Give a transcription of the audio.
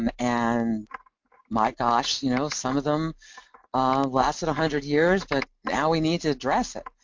and and my gosh, you know some of them lasted a hundred years, but now we need to address it,